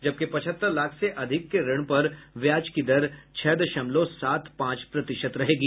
जबकि पचहत्तर लाख से अधिक के ऋण पर ब्याज की दर छह दशमलव सात पांच प्रतिशत रहेगी